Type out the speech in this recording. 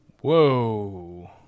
Whoa